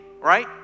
right